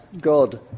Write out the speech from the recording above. God